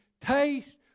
taste